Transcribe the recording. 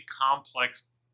complex